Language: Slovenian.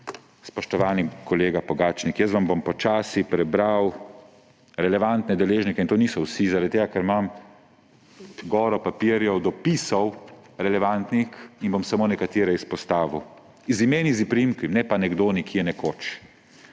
Spoštovani kolega Pogačnik, jaz vam bom počasi prebral relevantne deležnike. In to niso vsi, ker imam goro papirjev, dopisov, relevantnih, in bom samo nekatere izpostavil – z imeni in priimki; ne pa nekdo nekje nekoč.